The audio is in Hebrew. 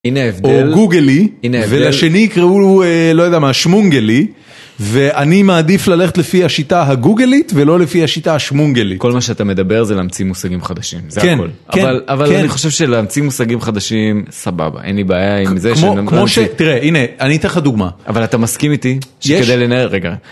הנה הבדל, או גוגלי, הנה הבדל, ולשני יקראו, לא יודע מה, שמונגלי, ואני מעדיף ללכת לפי השיטה הגוגלית, ולא לפי השיטה השמונגלית. כל מה שאתה מדבר זה להמציא מושגים חדשים, זה הכול. כן, כן. אבל אני חושב שלהמציא מושגים חדשים, סבבה, אין לי בעיה עם זה, כמו שתראה, הנה, אני אתן לך דוגמה, אבל אתה מסכים איתי, שכדי לנער, רגע.